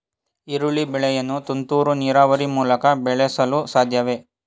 ಈರುಳ್ಳಿ ಬೆಳೆಯನ್ನು ತುಂತುರು ನೀರಾವರಿ ಮೂಲಕ ಬೆಳೆಸಲು ಸಾಧ್ಯವೇ?